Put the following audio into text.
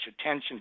attention